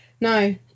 no